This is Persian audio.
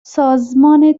سازمان